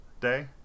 day